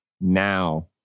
now